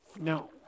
No